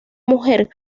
mujer